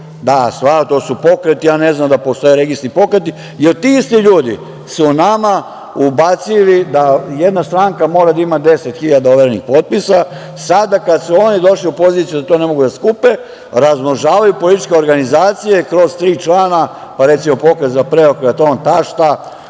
i stvara se… To su pokreti. Ja ne znam da postoje registri pokreta. Ti isti ljudi su nama ubacili da jedna stranka mora da ima 10.000 overenih potpisa. Sada kada su oni došli u poziciju da to ne mogu da skupe, razmnožavaju političke organizacije kroz tri člana, pa recimo Pokret za preokret. On, tašta